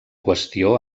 qüestió